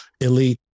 elite